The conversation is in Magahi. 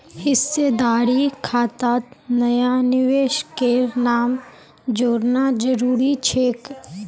हिस्सेदारी खातात नया निवेशकेर नाम जोड़ना जरूरी छेक